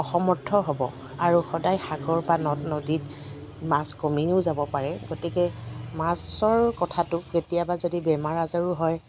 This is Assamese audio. অসমৰ্থ হ'ব আৰু সদায় সাগৰ বা নদ নদীত মাছ কমিও যাব পাৰে গতিকে মাছৰ কথাটো কেতিয়াবা যদি বেমাৰ আজাৰো হয়